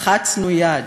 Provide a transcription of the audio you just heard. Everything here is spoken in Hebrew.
לחצנו יד,